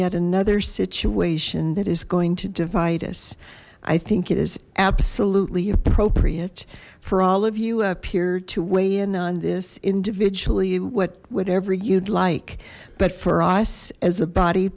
yet another situation that is going to divide us i think it is absolutely appropriate for all of you up here to weigh in on this individually what whatever you'd like but for us as a body